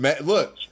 Look